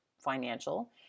financial